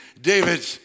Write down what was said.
David